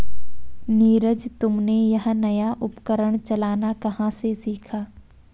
नीरज तुमने यह नया उपकरण चलाना कहां से सीखा?